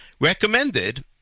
recommended